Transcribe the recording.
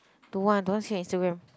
don't want don't want see your Instagram